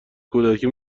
کودکی